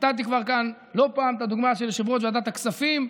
נתתי כבר כאן לא פעם את הדוגמה של יושב-ראש ועדת הכספים,